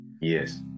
Yes